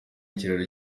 ikiraro